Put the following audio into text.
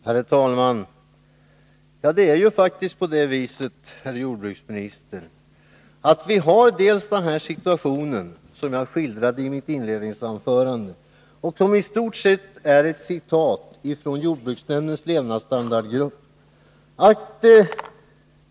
Herr talman! Vi befinner oss faktiskt i den situation som jag skildrade i mitt inledningsanförande, vilket i stort sett är ett citat från jordbruksnämndens levnadsstandardgrupp.